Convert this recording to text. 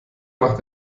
macht